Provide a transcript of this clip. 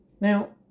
Now